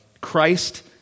Christ